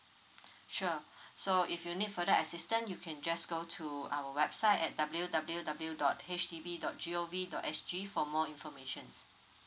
sure so if you need further assistance you can just go to our website at www dot H D B dot gov dot sg for more informations